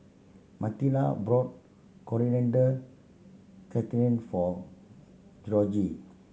Matilda brought Coriander Chutney for Gregory